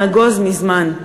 נגוז מזמן.